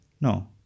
No